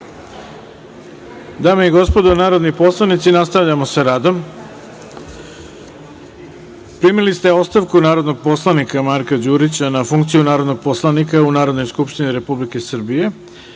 Dame i gospodo narodni poslanici, nastavljamo sa radom. Primili ste ostavku narodnog poslanika Marka Đurića na funkciju narodnog poslanika u Narodnoj skupštini Republike Srbije